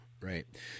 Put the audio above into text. Right